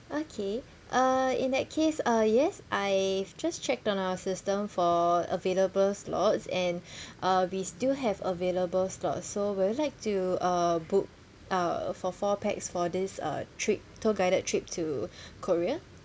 okay uh in that case uh yes I just checked on our system for available slots and uh we still have available slots so will you like to uh book uh for four pax for this uh trip tour guided trip to korea